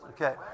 Okay